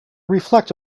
reflect